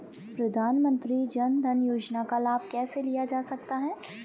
प्रधानमंत्री जनधन योजना का लाभ कैसे लिया जा सकता है?